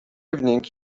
evening